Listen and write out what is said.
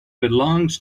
belongs